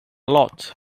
lot